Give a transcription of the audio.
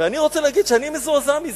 אני רוצה להגיד שאני מזועזע מזה.